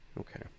Okay